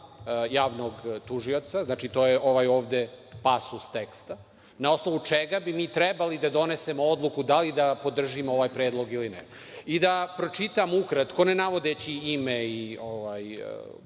javnog tužioca. Znači, to je ovaj ovde pasus teksta, na osnovu čega bi mi trebali da donesemo odluku da li da podržimo ovaj predlog ili ne. Da pročitam ukratko, ne navodeći ime i